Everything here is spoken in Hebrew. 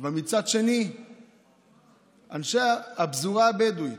אבל מצד שני אנשי הפזורה הבדואית,